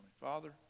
Father